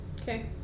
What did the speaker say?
Okay